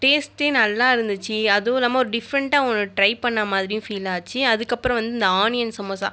டேஸ்ட்டே நல்லா இருந்துச்சு அதுவும் இல்லாமல் ஒரு டிஃப்ரென்ட்டாக ஒன்று ட்ரை பண்ணிண மாதிரியும் ஃபீல் ஆச்சு அதுக்கு அப்புறம் வந்து இந்த ஆனியன் சமோசா